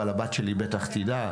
אבל הבת שלי בטח תדע,